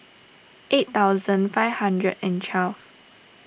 eight thousand five hundred and twelve